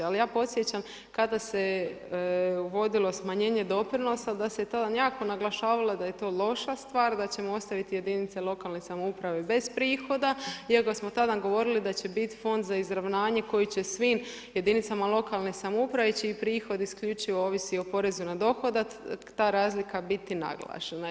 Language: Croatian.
Ali ja podsjećam, kada se je uvodilo smanjenje doprinosa, da se to jako naglašavalo da je to loša stvar, da ćemo ostaviti jedinice lokalne samouprave bez prihoda, iako smo tada govorili da će biti fond za izravnanje, koji će svim jedinicama lokalne samouprave čiji prihodi isključivo ovisi o porezu na dohodak, ta razlika biti naglašena.